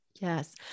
Yes